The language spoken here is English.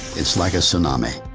it's like a tsunami.